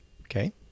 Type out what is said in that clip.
Okay